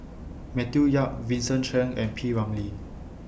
Matthew Yap Vincent Cheng and P Ramlee